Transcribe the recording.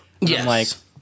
Yes